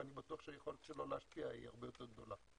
ואני בטוח שהיכולת שלו להשפיע היא הרבה יותר גדולה.